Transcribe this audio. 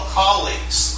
colleagues